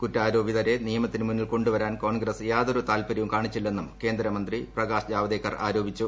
കുറ്റാരോപിതരെ നിയമത്തിന് മുന്നിൽ കൊുവരാൻ കോൺഗ്രസ് യാതൊരു താൽപര്യവും കാണിച്ചില്ലെന്നും കേന്ദ്രമന്ത്രി പ്രകാശ് ജാവ്ദേക്കർ ആരോപിച്ചു